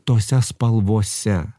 tose spalvose